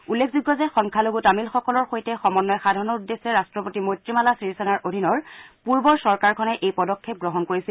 উল্লেখযোগ্য যে সংখ্যালঘু তামিলসকলৰ সৈতে সমন্নয় সাধনৰ উদ্দেশ্য ৰট্টপতি মৈত্ৰীপালা চিৰিশেনাৰ অধীনৰ পূৰ্বৰ চৰকাৰখনে এই পদক্ষেপ গ্ৰহণ কৰিছিল